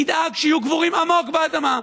תדאג שיהיו קבורים עמוק באדמה,